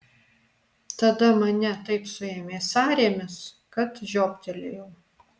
tada mane taip suėmė sąrėmis kad žioptelėjau